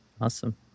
Awesome